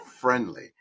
friendly